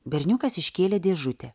berniukas iškėlė dėžutę